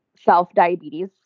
self-diabetes